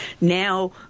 now